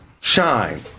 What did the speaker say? shine